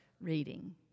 reading